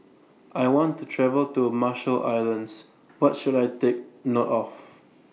I want to travel to Marshall Islands What should I Take note of